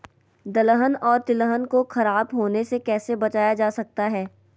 दलहन और तिलहन को खराब होने से कैसे बचाया जा सकता है?